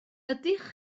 ydych